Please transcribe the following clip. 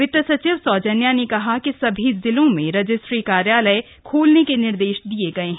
वित सचिव सौजन्या ने कहा कि सभी जिलों में रजिस्ट्री कार्यालय खोलने के निर्देश दिये गये हैं